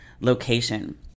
location